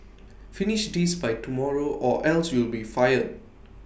finish this by tomorrow or else you'll be fired